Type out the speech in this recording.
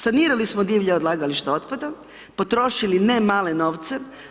Sanirali smo divlja odlagališta otpada, potrošili ne male novce.